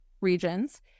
regions